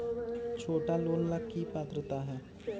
छोटा लोन ला की पात्रता है?